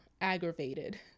aggravated